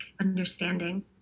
understanding